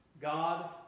God